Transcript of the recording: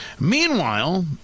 Meanwhile